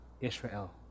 Israel